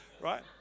right